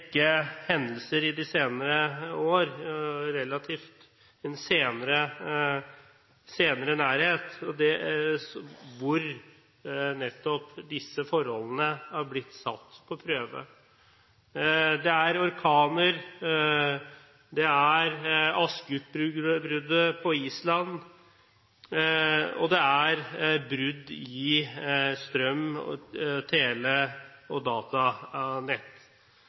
rekke hendelser de senere år der nettopp disse forholdene er blitt satt på prøve. Det er orkaner, det er vulkanutbruddet på Island, og det er brudd i strøm-, tele- og datanett.